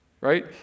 Right